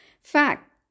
Fact